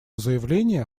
заявление